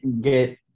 get